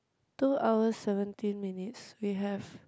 two hours seventeen minutes we have